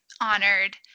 honored